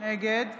נגד